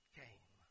came